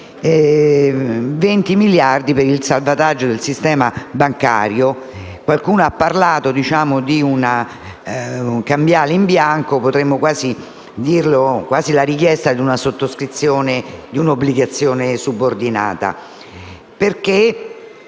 20 miliardi per il salvataggio del sistema bancario. Qualcuno ha parlato di una cambiale in bianco e potremmo quasi definirla come una richiesta di sottoscrizione di un'obbligazione subordinata.